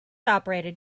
operated